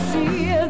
See